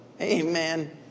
Amen